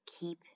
Keep